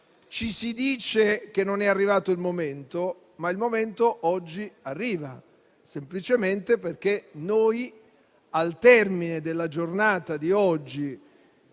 ci si dice che non è arrivato il momento, ma il momento oggi arriva semplicemente perché noi, al termine della giornata,